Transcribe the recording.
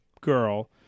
girl